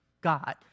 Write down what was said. God